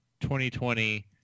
2020